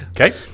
Okay